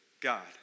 God